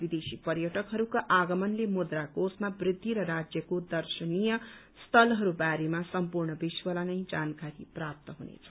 विदेशी पर्यटकहरूको आगमनले मुद्रा कोषमा वृद्धि र राज्यको दर्शनीय स्थलहरूको बारेमा सम्पूर्ण विश्वलाई नै जानकारी प्राप्त हुनेछ